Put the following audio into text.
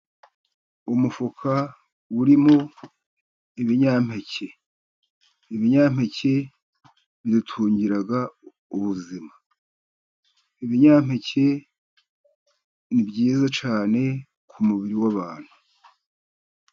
Umufuka urimo ibinyampeke, ibinyampeke bidutungira ubuzima, ibinyampeke ni byiza cyane ku mubiri w'abantu.